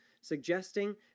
suggesting